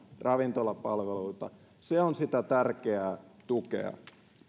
ravintolapalveluita se on sitä tärkeää tukea